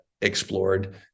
explored